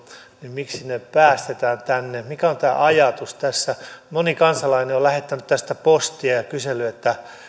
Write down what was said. miksi heidät päästetään tänne mikä on tämä ajatus tässä moni kansalainen on lähettänyt tästä postia ja kysellyt